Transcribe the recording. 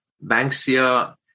banksia